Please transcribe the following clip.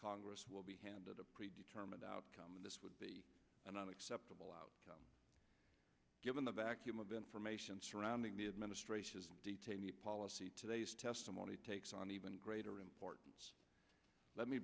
congress will be handed a pre determined outcome of this would be a not acceptable outcome given the vacuum of information surrounding the administration's detainee policy today's testimony takes on even greater importance let me